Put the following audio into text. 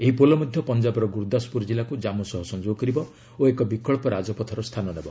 ଏହି ପୋଲ ମଧ୍ୟ ପଞ୍ଜାବର ଗୁରୁଦାସପୁର କିଲ୍ଲାକୁ ଜନ୍ମୁ ସହ ସଂଯୋଗ କରିବ ଓ ଏକ ବିକଳ୍ପ ରାଜପଥର ସ୍ଥାନ ନେବ